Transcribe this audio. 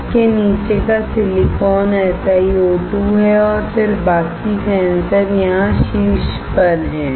इसके नीचे का सिलिकॉन SiO2 है और फिर बाकी सेंसर यहाँ शीर्ष पर है